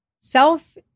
Self